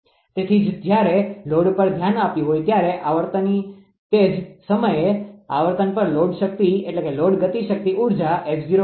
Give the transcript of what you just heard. તેથી જ જ્યારે લોડ પર ધ્યાન આપ્યું હોય ત્યારે આવર્તનની તે જ સમયે આવર્તનપર લોડ ગતિશક્તિ ઉર્જા પર્ટેબ્યુલન્સ છે